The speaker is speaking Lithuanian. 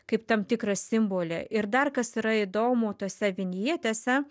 kaip tam tikrą simbolį ir dar kas yra įdomu tose vinjetėse